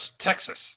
Texas